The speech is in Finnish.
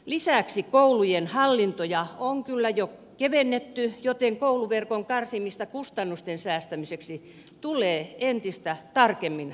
lisäksi koulujen hallintoja on kyllä jo kevennetty joten kouluverkon karsimista kustannusten säästämiseksi tulee entistä tarkemmin harkita